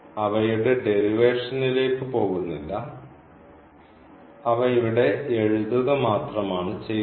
അവയുടെ ഡെറിവേഷനിലേക്ക് പോകുന്നില്ല അവ ഇവിടെ എഴുതുക മാത്രമാണ് ചെയ്യുന്നത്